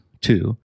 two